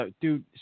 dude